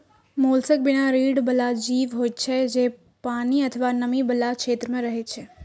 mollusc बिना रीढ़ बला जीव होइ छै, जे पानि अथवा नमी बला क्षेत्र मे रहै छै